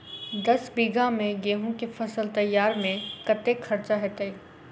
दस बीघा मे गेंहूँ केँ फसल तैयार मे कतेक खर्चा हेतइ?